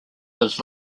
was